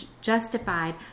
justified